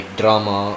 drama